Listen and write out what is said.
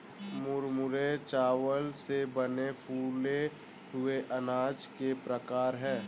मुरमुरे चावल से बने फूले हुए अनाज के प्रकार है